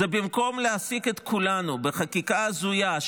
זה שבמקום להעסיק את כולנו בחקיקה הזויה,